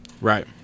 Right